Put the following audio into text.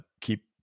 keep